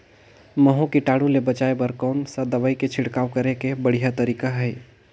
महू कीटाणु ले बचाय बर कोन सा दवाई के छिड़काव करे के बढ़िया तरीका हे?